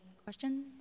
Question